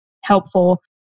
helpful